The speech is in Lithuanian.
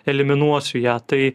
eliminuosiu ją tai